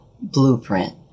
blueprint